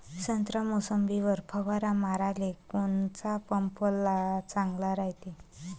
संत्रा, मोसंबीवर फवारा माराले कोनचा पंप चांगला रायते?